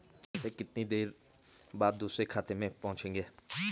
पैसे कितनी देर बाद दूसरे खाते में पहुंचेंगे?